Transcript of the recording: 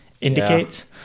indicates